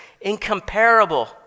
incomparable